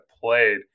played